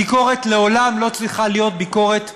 הביקורת לעולם לא צריכה להיות ביקורת אישית,